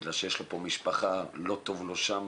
בגלל שיש לו משפחה, לא טוב לו שם?